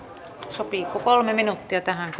sopiiko kolme minuuttia tähän